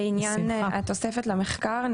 לעניין התוספת למחקר.